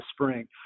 spring